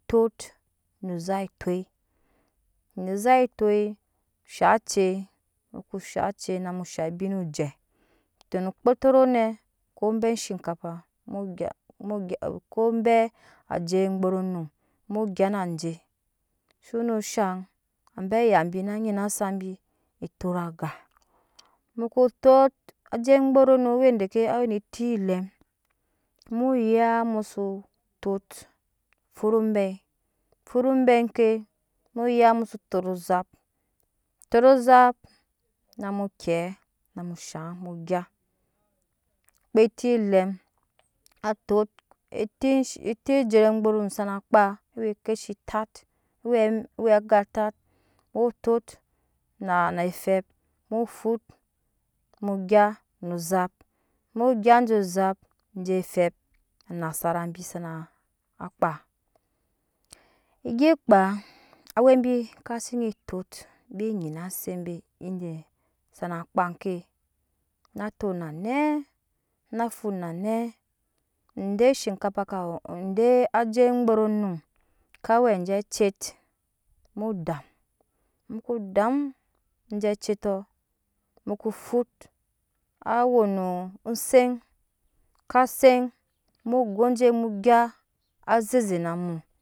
Tot mo ozap etoi no ozap etoi shaŋ aei muko shaŋ acei namu shaŋ eben ojɛ tot ne kpotoro nɛ ko obai shinkafa tot no kpotoro nɛ ko obai shinkafa mu gya ko abaoi ajei gburunum mu gya naje shono shaŋ abe ayabi na nyina sabi etot aga muko tot ajei gburunum we deke awe ne eti elɛm muya muso tat fut obai fut obai ke muya muso tat ozap tot ozap namu kiɛ na mu shaŋ mu gya kpe eti lɛm atot eti-eti ejei gburunum ke shi tat eti eti ejei gburunum kke shi tat wɛwɛ aga tat mu tot naa naa efep mu fut mu gya no ozap mu gya jo ozop anasara bi sana kpaa egye kpaa awɛbi kasi nyi tot bi nyina se be cide sana kpa ke na tot na nɛɛ na fut nanɛ ede zhikapa kawo ide ajei gburunum ka we aje ajet mu dam muko dam aje ajet tɔ muko fut awono osen ka sen mug goje mu gya azeze namu